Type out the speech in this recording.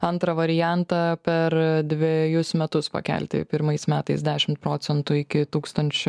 antrą variantą per dvejus metus pakelti pirmais metais dešim procentų iki tūkstančio